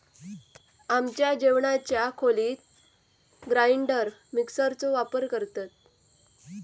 आमच्या जेवणाच्या खोलीत ग्राइंडर मिक्सर चो वापर करतत